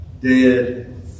dead